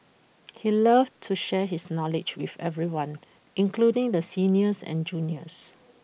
he loved to share his knowledge with everyone including the seniors and juniors